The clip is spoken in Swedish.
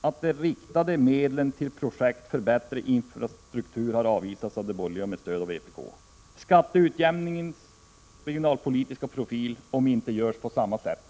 att de riktade medlen till projekt för bättre infrastruktur har avvisats av de borgerliga med stöd av vpk. Skatteutjämningens regionalpolitiska profil omintetgörs på samma sätt.